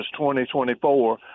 2024